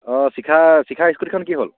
অঁ শিখা শিখা স্কুটিখন কি হ'ল